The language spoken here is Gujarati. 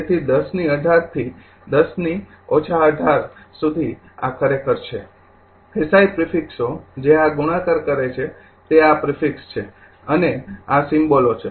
તેથી ૧૦૧૮ થી ૧૦ ૧૮ સુધી આ ખરેખર છે એસઆઈ પ્રિફિકસો જે આ ગુણાકાર કરે છે તે આ પ્રિફિક્સ છે અને આ સિમ્બોલો છે